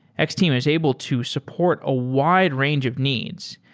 x-team is able to support a wide range of needs.